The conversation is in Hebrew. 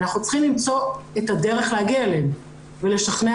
אנחנו צריכים למצוא את הדרך להגיע אליהן ולשכנע